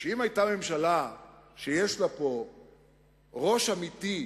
שאם היתה פה ממשלה שיש לה ראש אמיתי,